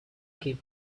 kid